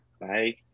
Bye